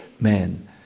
man